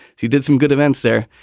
he did some good events there.